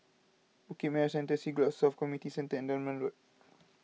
Bukit Merah Central Siglap South Community Centre and Dunman Road